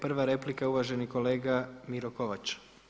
Prva replika je uvaženi kolega Miro Kovač.